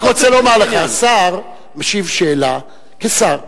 אני רק רוצה לומר לך ששר משיב על שאלה כשר,